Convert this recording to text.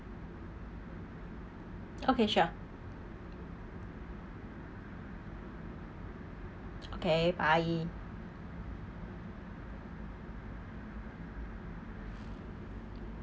okay sure okay bye